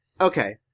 Okay